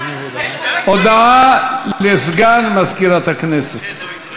הודעה לסגן מזכירת הכנסת.